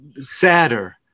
sadder